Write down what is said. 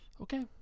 Okay